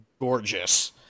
gorgeous